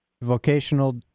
vocational